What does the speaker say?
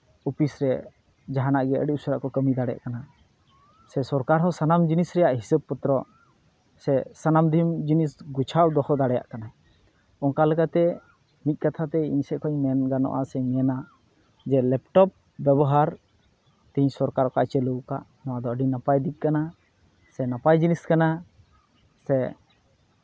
office ᱨᱮ ᱡᱟᱦᱟᱱᱟᱜ ᱜᱮ ᱟᱹᱰᱤ ᱩᱥᱟᱹᱨᱟ ᱠᱚ ᱠᱟᱹᱢᱤ ᱫᱟᱲᱮᱭᱟᱜ ᱠᱟᱱᱟ ᱥᱮ ᱥᱚᱨᱠᱟᱨ ᱦᱚᱸ ᱥᱟᱱᱟᱢ ᱡᱤᱱᱤᱥ ᱨᱮᱭᱟᱜ ᱦᱤᱥᱟᱹᱵ ᱯᱚᱛᱨᱚ ᱥᱮ ᱥᱟᱱᱟᱢ ᱡᱤᱱᱤᱥ ᱜᱩᱪᱷᱟᱣ ᱫᱚᱦᱚ ᱫᱟᱲᱮᱭᱟᱜ ᱠᱟᱱᱟᱭ ᱚᱱᱠᱟ ᱞᱮᱠᱟᱛᱮ ᱢᱤᱫ ᱠᱟᱛᱷᱟ ᱛᱮ ᱤᱧ ᱥᱮᱡ ᱠᱷᱚᱡ ᱢᱮᱱ ᱜᱟᱱᱚᱜᱼᱟ ᱥᱮᱧ ᱢᱮᱱᱟ ᱡᱮ ᱞᱮᱯᱴᱚᱯ ᱵᱮᱵᱚᱦᱟᱨ ᱛᱤᱦᱤᱧ ᱥᱚᱨᱠᱟᱨ ᱚᱠᱟᱭ ᱪᱟᱹᱞᱩ ᱟᱠᱟᱫ ᱱᱚᱣᱟ ᱫᱚ ᱟᱹᱰᱤ ᱱᱟᱯᱟᱭ ᱫᱤᱠ ᱠᱟᱱᱟ ᱥᱮ ᱱᱟᱯᱟᱭ ᱡᱤᱱᱤᱥ ᱠᱟᱱᱟ ᱥᱮ